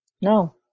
No